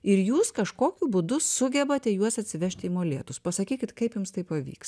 ir jūs kažkokiu būdu sugebate juos atsivežti į molėtus pasakykit kaip jums taip pavyks